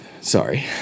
sorry